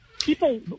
People